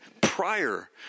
prior